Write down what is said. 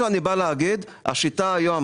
השיטה היום,